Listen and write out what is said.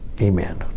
Amen